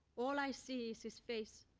all i see is his face,